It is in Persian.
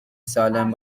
سالمی